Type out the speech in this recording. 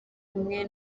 kumwe